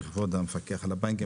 כבוד המפקח על הבנקים,